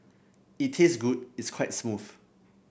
it tastes good it's quite smooth